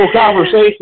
conversation